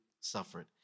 suffered